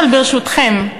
ברשותכם,